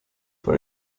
von